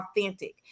authentic